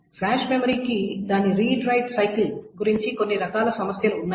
flash మెమరీకి దాని read write cycle గురించి కొన్ని రకాల సమస్యలు ఉన్నాయి